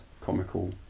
comical